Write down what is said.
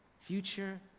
future